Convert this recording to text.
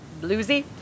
bluesy